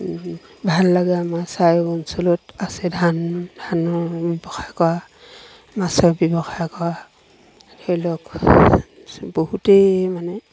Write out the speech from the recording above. ভাল লাগে আমাৰ চাৰিও অঞ্চলত আছে ধান ধানৰ ব্যৱসায় কৰা মাছৰ ব্যৱসায় কৰা ধৰি লওক বহুতেই মানে